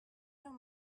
don’t